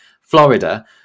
Florida